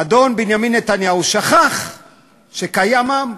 אדון בנימין נתניהו שכח שקיים עם,